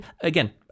again